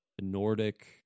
Nordic